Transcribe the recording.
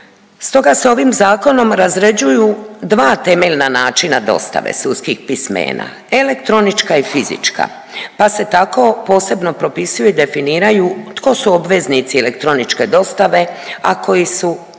Stoga se ovim zakonom razrađuju dva temeljna način dostave sudskih pismena – elektronička i fizička, pa se tako posebno propisuju i definiraju tko su obveznici elektroničke dostave, a koji su uglavnom